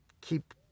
keep